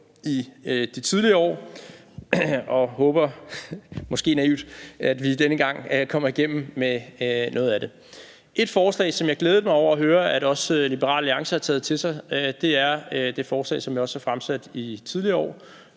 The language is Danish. i de tidligere år, og håber – måske naivt – at vi denne gang kommer igennem med noget af det. Ét forslag, som jeg glædede mig over at høre at også Liberal Alliance har taget til sig, er det forslag, som jeg også har fremsat i tidligere år,